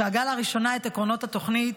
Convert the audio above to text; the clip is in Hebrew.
שהגה לראשונה את עקרונות התוכנית,